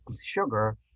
sugar